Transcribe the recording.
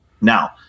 Now